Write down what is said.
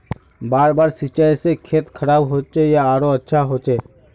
बार बार सिंचाई से खेत खराब होचे या आरोहो अच्छा होचए?